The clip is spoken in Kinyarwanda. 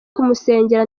kumusengera